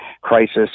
crisis